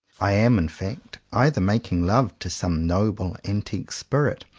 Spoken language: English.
i am, in fact, either making love to some noble antique spirit,